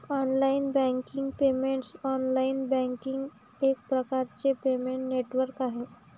online banking payments online banking एक प्रकारचे payment network आहे